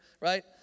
right